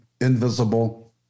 invisible